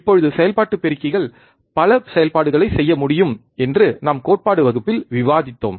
இப்போது செயல்பாட்டு பெருக்கிகள் பல செயல்பாடுகளைச் செய்ய முடியும் என்று நாம் கோட்பாடு வகுப்பில் விவாதித்தோம்